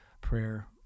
prayer